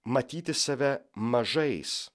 matyti save mažais